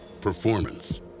Performance